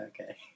okay